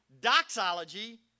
doxology